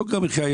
יוקר המחיה,